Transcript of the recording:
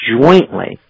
jointly